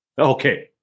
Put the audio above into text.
okay